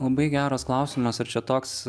labai geras klausimas ar čia toks